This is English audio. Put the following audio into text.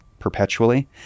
perpetually